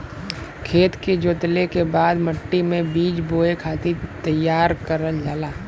खेत के जोतले के बाद मट्टी मे बीज बोए खातिर तईयार करल जाला